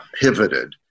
pivoted